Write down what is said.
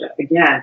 Again